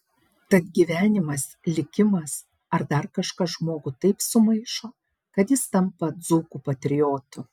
tad gyvenimas likimas ar dar kažkas žmogų taip sumaišo kad jis tampa dzūkų patriotu